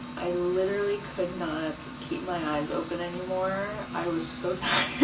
i literally could not keep my eyes open anymore, i was so tired,